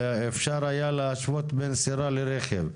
אפשר היה להשוות בין סירה לרכב,